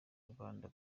rwanda